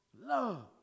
love